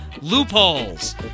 loopholes